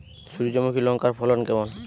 সূর্যমুখী লঙ্কার ফলন কেমন?